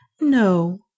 No